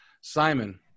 Simon